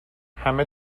همه